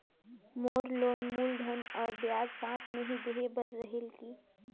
मोर loan मूलधन और ब्याज साथ मे ही देहे बार रेहेल की?